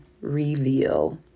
Reveal